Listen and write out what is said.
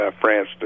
France